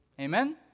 Amen